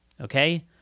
okay